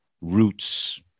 roots